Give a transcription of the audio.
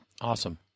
Awesome